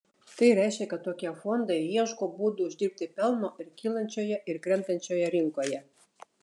tai reiškia kad tokie fondai ieško būdų uždirbti pelno ir kylančioje ir krentančioje rinkoje